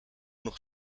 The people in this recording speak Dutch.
nog